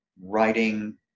writing